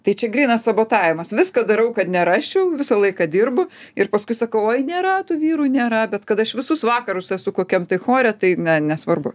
tai čia grynas sabotavimas viską darau kad nerasčiau visą laiką dirbu ir paskui sakau oi nėra tų vyrų nėra bet kad aš visus vakarus esu kokiam tai chore tai ne nesvarbu